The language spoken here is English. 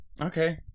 Okay